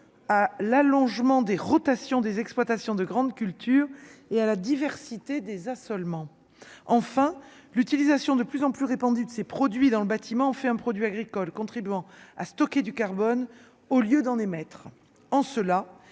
à l'allongement des rotations des exploitations de grandes cultures et à la diversité des à seulement enfin l'utilisation de plus en plus répandue de ces produits dans le bâtiment en fait un produit agricole contribuant à stocker du carbone au lieu d'en émettre